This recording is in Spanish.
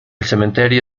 cementerio